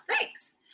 thanks